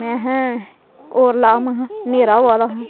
में है औऱ ला हां न्हेरा होआ दा